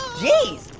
geez,